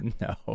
No